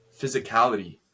physicality